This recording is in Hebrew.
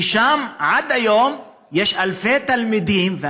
ושם עד היום יש אלפי תלמידים ללא מסגרת חינוכית,